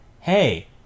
hey